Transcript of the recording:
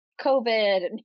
COVID